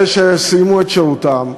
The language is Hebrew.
אלה שסיימו את שירותם,